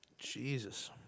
Jesus